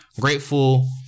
grateful